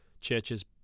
churches